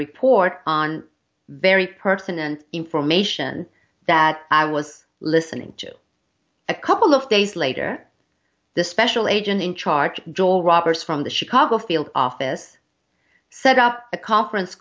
report on very person and information that i was listening to a couple of days later the special agent in charge joel roberts from the chicago field office set up a conference